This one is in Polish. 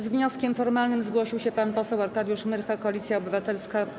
Z wnioskiem formalnym zgłosił się pan poseł Arkadiusz Myrcha, Koalicja Obywatelska.